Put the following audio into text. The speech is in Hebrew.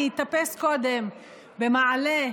אני אטפס קודם במעלה.